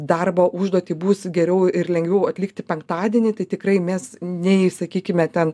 darbo užduotį bus geriau ir lengviau atlikti penktadienį tai tikrai mes nei sakykime ten